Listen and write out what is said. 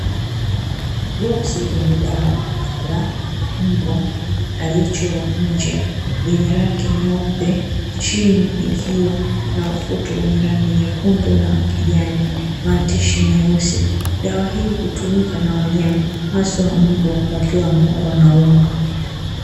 Boksi lenye dawa la mbwa aliyechorwa nje lenye rangi nyeupe chini ikiwa na ufuto wenye rangi nyekundu na wakijani maandishi meusi, dawa hii hutumika na wanyama haswa mbwa wakiwa wanaumwa.